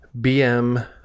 BM